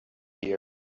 here